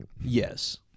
Yes